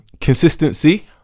consistency